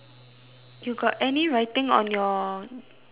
you got any writing on your on your rubbish bin